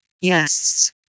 Yes